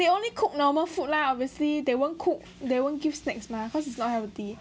they only cook normal food lah obviously they won't cook they won't give snacks mah cause it's not healthy